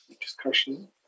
discussion